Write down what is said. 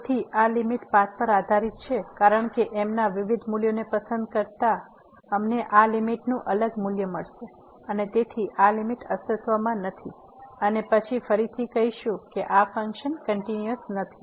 તેથી આ limit path પર આધારીત છે કારણ કે m ના વિવિધ મૂલ્યને પસંદ કરતાં અમને આ લીમીટનું અલગ મૂલ્ય મળશે અને તેથી આ લીમીટ અસ્તિત્વમાં નથી અને પછી ફરીથી કહીશું કે આ ફંક્શન કંટીન્યુઅસ નથી